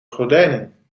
gordijnen